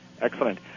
excellent